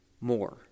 more